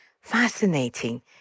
fascinating